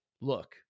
look